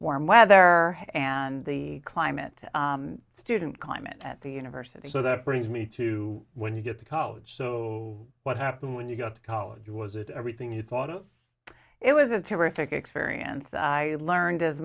warm weather and the climate student climate at the university so that brings me to when you get to college so what happened when you got to college was it everything you thought it was a terrific experience i learned as